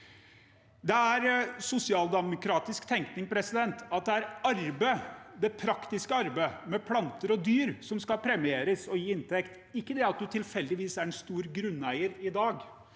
Det er sosialdemokratisk tenkning at det er arbeid, det praktiske arbeidet med planter og dyr, som skal premieres og gi inntekt, ikke det at du tilfeldigvis er en stor grunneier i dag.